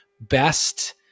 best